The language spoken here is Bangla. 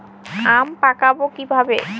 আম পাকাবো কিভাবে?